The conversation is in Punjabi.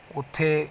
ਉੱਥੇ